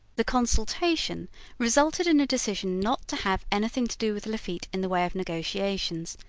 the consultation resulted in a decision not to have anything to do with lafitte in the way of negotiations,